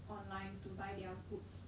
online to buy their goods